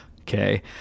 Okay